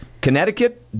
Connecticut